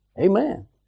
Amen